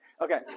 Okay